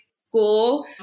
school